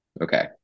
Okay